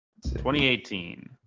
2018